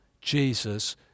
Jesus